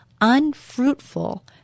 unfruitful